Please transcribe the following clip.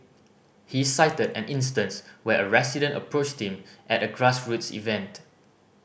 he cited an instance where a resident approached him at a grassroots event